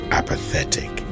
apathetic